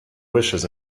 wishes